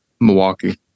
Milwaukee